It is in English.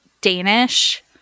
Danish